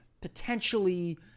potentially